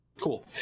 Cool